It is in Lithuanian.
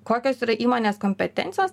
kokios yra įmonės kompetencijos